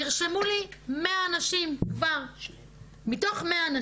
נרשמו כבר 100. מתוך 100,